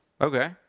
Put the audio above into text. Okay